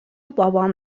بابام